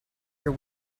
your